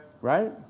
Right